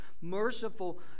merciful